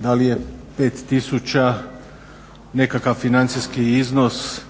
Da li je 5000 nekakav financijski iznos